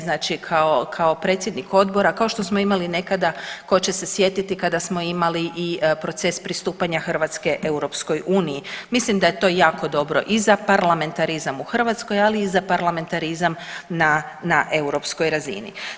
Znači kao predsjednik Odbora kao što smo imali nekada tko će se sjetiti kada smo imali i proces pristupanja Hrvatske Europskoj uniji mislim da je to jako dobro i za parlamentarizam u Hrvatskoj, ali i za parlamentarizam na europskoj razini.